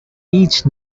each